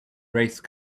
race